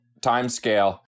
timescale